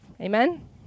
Amen